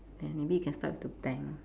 then maybe we can start with the bank